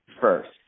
first